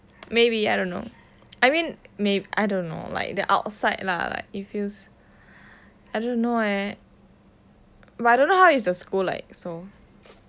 maybe I don't know I mean I don't know like the outside lah like it feels I don't know leh but I don't know how is the school like so